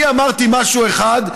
אני אמרתי משהו אחד,